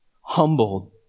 humbled